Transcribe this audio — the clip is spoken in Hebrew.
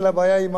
אלא מה עושים.